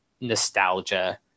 nostalgia